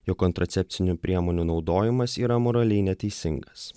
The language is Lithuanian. jo kontracepcinių priemonių naudojimas yra moraliai neteisingas